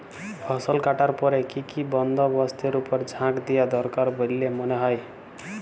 ফসলকাটার পরে কি কি বন্দবস্তের উপর জাঁক দিয়া দরকার বল্যে মনে হয়?